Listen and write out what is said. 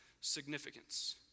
significance